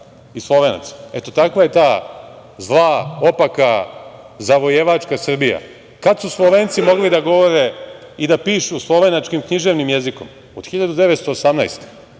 i Slovenaca. Eto takva je ta zla, opaka, zavojevačka Srbija. Kada su Slovenci mogli da govore i da pišu slovenačkim književnim jezikom? Od 1918.